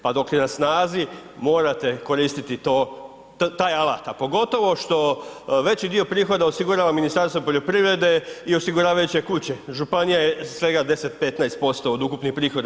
Pa dok je na snazi morate koristiti to, taj alat, a pogotovo što veći dio prihoda osigurava Ministarstvo poljoprivrede i osiguravajuće kuće, županija je svega 10, 15% od ukupnih prihoda.